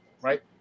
right